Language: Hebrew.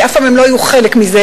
כי אף פעם הם לא היו חלק מזה,